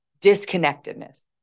Disconnectedness